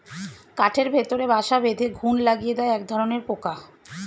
কাঠের ভেতরে বাসা বেঁধে ঘুন লাগিয়ে দেয় একধরনের পোকা